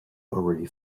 already